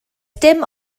dim